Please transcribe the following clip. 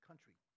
Country